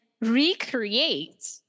recreate